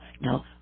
no